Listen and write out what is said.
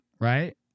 Right